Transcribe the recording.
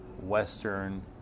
Western